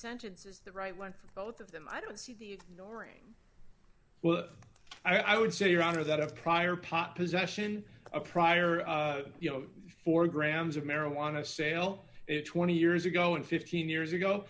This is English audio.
sentence is the right one for both of them i don't see the nori well i would say your honor that of prior pot possession a prior you know four grams of marijuana sale twenty years ago and fifteen years ago